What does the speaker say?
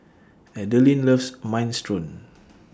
Adaline loves Minestrone